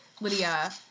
Lydia